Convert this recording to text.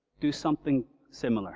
do something similar